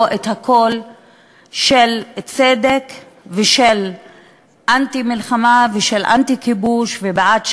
את הקול של צדק ושל אנטי-מלחמה ושל אנטי-כיבוש ובעד שלום,